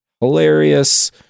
hilarious